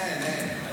אין, אין.